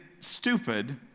stupid